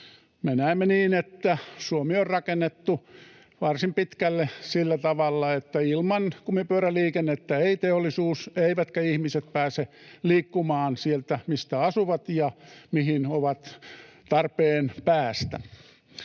Me näemme niin, että Suomi on rakennettu varsin pitkälle sillä tavalla, että ilman kumipyöräliikennettä ei teollisuus eivätkä ihmiset pääse liikkumaan sieltä, mistä asuvat, ja sinne, mihin heille on tarve päästä.